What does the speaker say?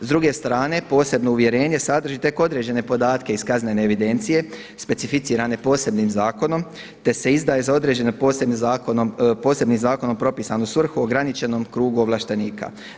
S druge strane posebno uvjerenje sadrži tek određene podatke iz kaznene evidencije specificirane posebnim zakonom, te se izdaje za određene posebnim zakonom propisanu svrhu ograničenom krugu ovlaštenika.